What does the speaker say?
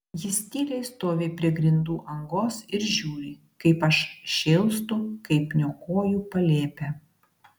jis tyliai stovi prie grindų angos ir žiūri kaip aš šėlstu kaip niokoju palėpę